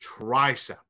tricep